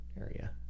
area